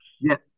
yes